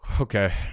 Okay